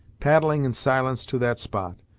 paddling in silence to that spot,